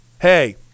hey